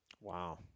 Wow